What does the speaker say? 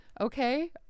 okay